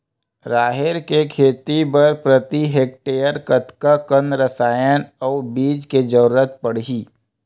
राहेर के खेती बर प्रति हेक्टेयर कतका कन रसायन अउ बीज के जरूरत पड़ही?